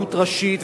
רבנות ראשית,